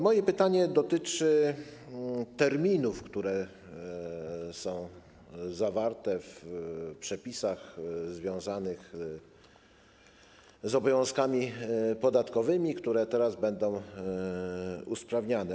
Moje pytanie dotyczy terminów, które są zawarte w przepisach związanych z obowiązkami podatkowymi, które teraz będą usprawniane.